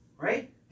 Right